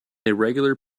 irregular